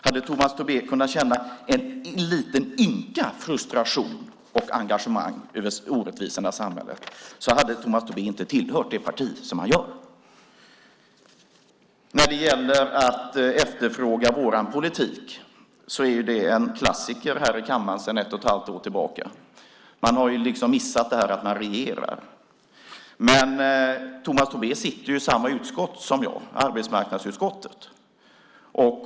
Hade Tomas Tobé kunnat känna en liten ynka frustration och engagemang över orättvisorna i samhället hade Tomas Tobé inte tillhört det parti som han gör. Att efterfråga vår politik är en klassiker här i kammaren sedan ett och ett halvt år tillbaka. Man har missat att man regerar. Men Tomas Tobé sitter i samma utskott som jag, arbetsmarknadsutskottet.